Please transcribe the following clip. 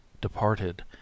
departed